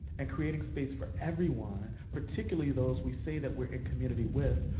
and creating space for everyone particularly those we say that we're in community with,